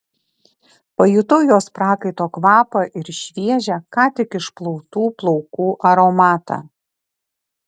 pajutau jos prakaito kvapą ir šviežią ką tik išplautų plaukų aromatą